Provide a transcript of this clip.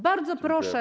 Bardzo proszę.